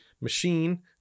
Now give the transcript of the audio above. machine